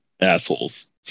assholes